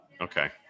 Okay